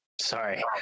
Sorry